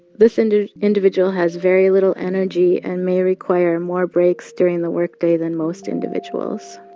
this and individual has very little energy and may require more breaks during the workday than most individuals.